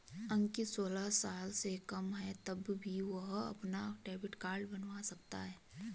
अंकित सोलह साल से कम है तब भी वह अपना डेबिट कार्ड बनवा सकता है